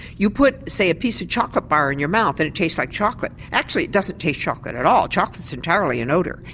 you put say a piece of chocolate bar in your mouth and it tastes like chocolate. actually it doesn't taste chocolate at all, chocolate is entirely an odour.